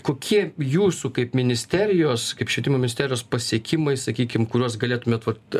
kokie jūsų kaip ministerijos kaip švietimo misterijos pasiekimai sakykim kuriuos galėtumėt vat